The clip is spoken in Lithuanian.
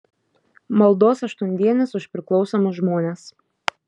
maldos aštuondienis už priklausomus žmones